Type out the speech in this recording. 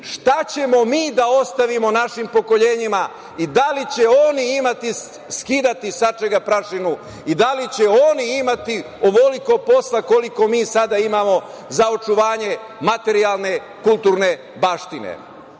šta ćemo mi da ostavimo našim pokoljenjima i da li će oni imati skidati sa nečega prašinu i da li će oni imati ovoliko posla koliko mi sada imamo za očuvanje materijalne kulturne baštine. Poenta